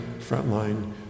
frontline